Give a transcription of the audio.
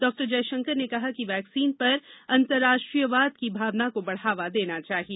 डॉ जयशंकर ने कहा कि वैक्सीन पर अंतर्राष्ट्रीयवाद की भावना को बढ़ावा देना चाहिए